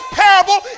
parable